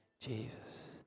Jesus